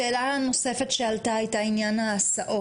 שאלה נוספת שעלתה הייתה מתווה בידודים בעניין ההסעות.